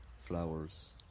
flowers